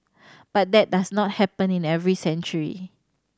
but that does not happen in every century